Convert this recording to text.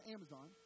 Amazon